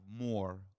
more